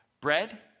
Bread